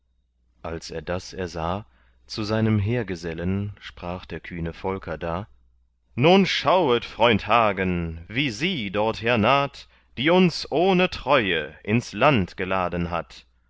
als er das ersah zu seinem heergesellen sprach der kühne volker da nun schauet freund hagen wie sie dorther naht die uns ohne treue ins land geladen hat